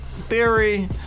theory